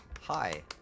Hi